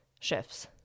shifts